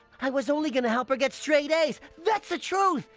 i was only gonna help her get straight a's. that's the truth.